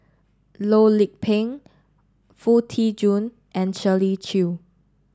Loh Lik Peng Foo Tee Jun and Shirley Chew